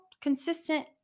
consistent